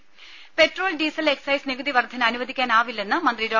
ദേദ petrol diesel excise നികുതി വർദ്ധന അനുവദിക്കാനാവില്ലെന്ന് മന്ത്രി ഡോ